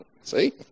See